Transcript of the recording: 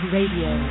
Radio